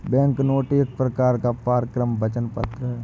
banknote एक प्रकार का परक्राम्य वचन पत्र है